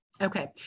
Okay